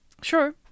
Sure